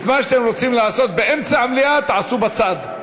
את מה שאתם רוצים לעשות באמצע המליאה, תעשו בצד.